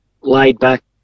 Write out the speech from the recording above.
laid-back